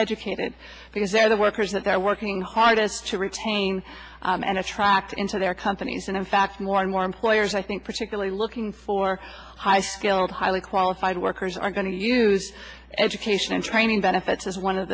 educated because they're the workers that they're working hardest to retain and attract into their companies and in fact more and more employers i think particularly looking for high skilled highly qualified workers are going to use education and training benefits as one o